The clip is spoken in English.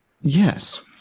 Yes